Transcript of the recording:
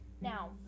Now